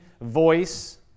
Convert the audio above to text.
voice